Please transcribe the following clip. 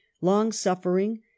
long-suffering